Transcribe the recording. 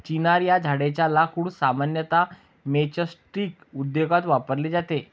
चिनार या झाडेच्या लाकूड सामान्यतः मैचस्टीक उद्योगात वापरले जाते